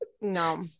no